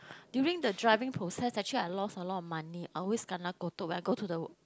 during the driving process actually I loss a lot of money I always kena ketok when I go to the